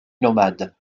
nomade